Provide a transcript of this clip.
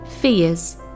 fears